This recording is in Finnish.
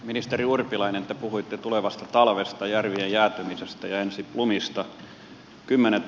ministeri urpilainen te puhuitte tulevasta talvesta järvien jäätymisestä ja ensilumista